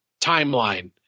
timeline